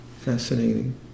fascinating